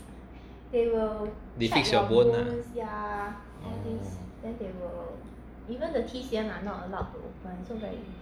they fix your bone lah